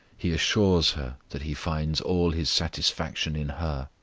he assures her that he finds all his satisfaction in her.